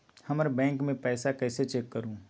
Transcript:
हमर बैंक में पईसा कईसे चेक करु?